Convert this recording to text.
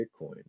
bitcoin